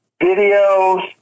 videos